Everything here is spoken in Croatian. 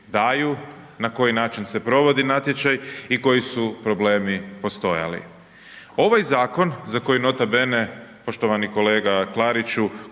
daju, na koji način se provodi natječaj i koji su problemi postojali. Ovaj zakon za koji nota bene, poštovani kolega Klariću